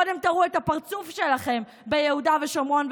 קודם תראו את הפרצוף שלכם ביהודה ושומרון,